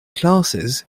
classes